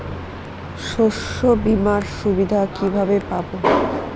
শস্যবিমার সুবিধা কিভাবে পাবো?